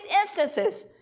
instances